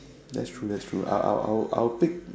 that's true that's true I I I'll I'll pick